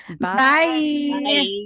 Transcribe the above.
Bye